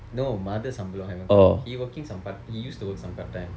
no mother சம்பளம்:sambalam haven't come he working some part he used to work some part time